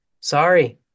sorry